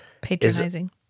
Patronizing